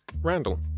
Randall